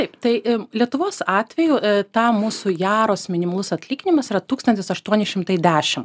taip tai lietuvos atveju ta mūsų jaros minimalus atlyginimas yra tūkstantis aštuoni šimtai dešim